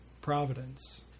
Providence